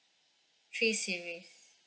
three series